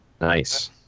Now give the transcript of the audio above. Nice